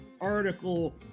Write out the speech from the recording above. article